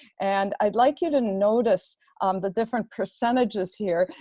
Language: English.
and i'd like you to notice the different percentages here,